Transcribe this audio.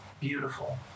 beautiful